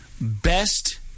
Best